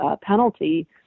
penalty